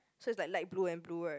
so is like light blue and blue right